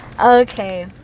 okay